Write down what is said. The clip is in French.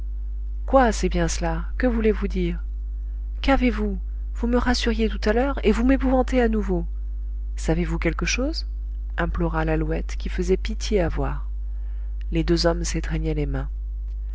quoi c'est bien cela que voulez-vous dire qu'avez-vous vous me rassuriez tout à l'heure et vous m'épouvantez à nouveau savez-vous quelque chose implora lalouette qui faisait pitié à voir les deux hommes s'étreignaient les mains